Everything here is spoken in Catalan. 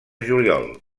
juliol